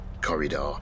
corridor